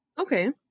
Okay